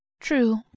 true